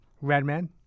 Redman